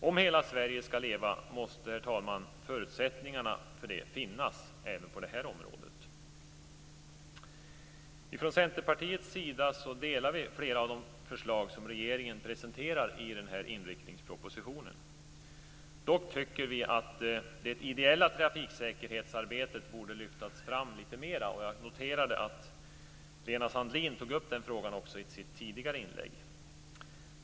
Om hela Sverige skall leva måste, herr talman, förutsättningarna finnas även på det här området. I Centerpartiet ställer vi oss bakom flera av de förslag som regeringen presenterar i den här inriktningspropositionen. Dock tycker vi att det ideella trafiksäkerhetsarbetet borde lyftas fram litet mer. Jag noterade att Lena Sandlin också tog upp den frågan i sitt anförande.